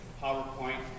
PowerPoint